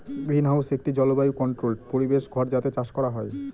greenhouse একটি জলবায়ু controlled পরিবেশ ঘর যাতে চাষ করা হয়